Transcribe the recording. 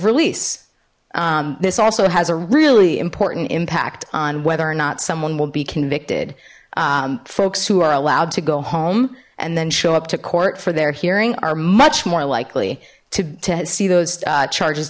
release this also has a really important impact on whether or not someone will be convicted folks who are allowed to go home and then show up to court for their hearing are much more likely to see those charges